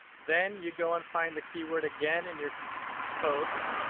then you go and find the keyword again in your post,